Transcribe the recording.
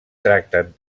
tracten